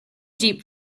jeep